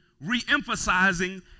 Re-emphasizing